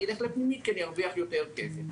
אני אלך לפנימית כי אני ארוויח יותר כסף.